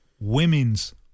women's